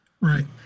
Right